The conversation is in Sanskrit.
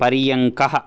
पर्यङ्कः